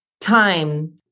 time